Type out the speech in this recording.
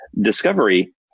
Discovery